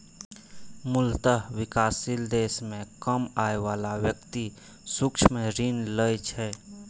मूलतः विकासशील देश मे कम आय बला व्यक्ति सूक्ष्म ऋण लै छै